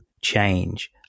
change